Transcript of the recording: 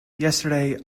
yesterday